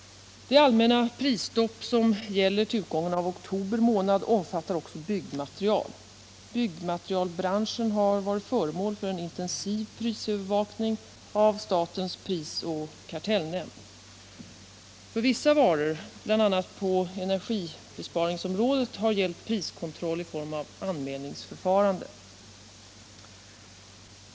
Det allmänna prisstopp som gäller till utgången av oktober månad omfattar också byggmaterial. Byggmaterialbranschen har varit föremål för en intensiv prisövervakning av statens prisoch kartellnämnd. För vissa varor, bl.a. på energibesparingsområdet, har gällt priskontroll i form av anmälningsförfarande.